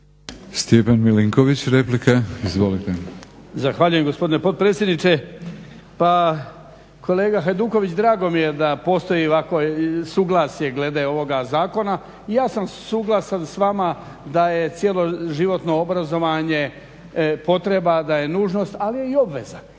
**Milinković, Stjepan (HDZ)** Zahvaljujem gospodine potpredsjedniče. Pa kolega Hajduković drago mi je da postoji ovakvo suglasje glede ovoga zakona. I ja sam suglasan s vama da je cjeloživotno obrazovanje potreba, da je nužnost ali je i obveza.